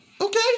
Okay